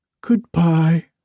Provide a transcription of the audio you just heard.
Goodbye